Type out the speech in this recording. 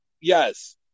Yes